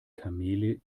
kamele